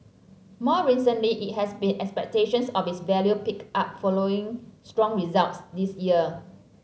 more recently it has seen expectations of its value pick up following strong results this year